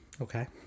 Okay